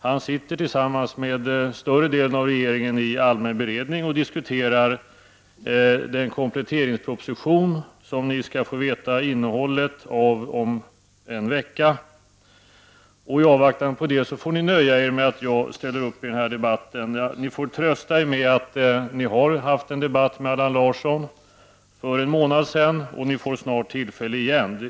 Han sitter tillsammans med större delen av regeringen i allmän beredning och diskuterar den kompletteringsproposition som ni skall få veta innehållet i om en vecka. I avvaktan på det får ni nöja er med att jag ställer upp i denna debatt. Ni får trösta er med att ni har haft en debatt med Allan Larsson för en månad sedan, och ni får snart tillfälle igen.